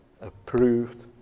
approved